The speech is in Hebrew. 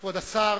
והגנת הסביבה.